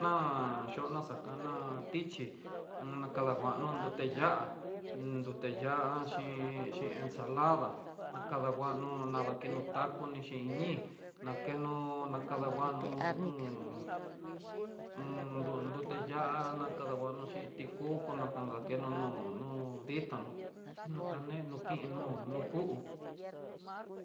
Na'a yona xakana tichí, un nakanguano nruté ya'á, nrute ya'á xhimn xhin ensalada, nakanguano nadakeno taco ni xhin ñii, nakeno nakanguano un un nruté ya'á nakanguano xhin ti kú konakan dakeno no'ó, no'ó ditanó nokaneno kinó no kú.